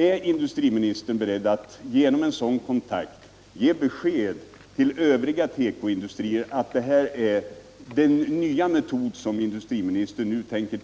Är industriministern beredd att genom en sådan kontakt ge besked till övriga tekoinudstrier att industriministern tänker